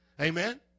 Amen